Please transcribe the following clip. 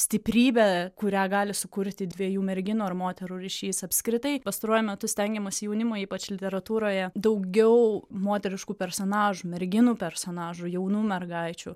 stiprybė kurią gali sukurti dviejų merginų ar moterų ryšys apskritai pastaruoju metu stengiamasi jaunimo ypač literatūroje daugiau moteriškų personažų merginų personažų jaunų mergaičių